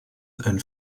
and